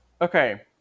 okay